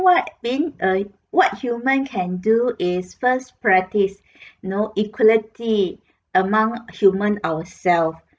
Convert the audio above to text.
what being a what human can do is first practice you know equality among human ourselves